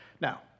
Now